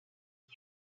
qui